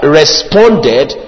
responded